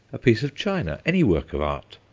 a piece of china, any work of art,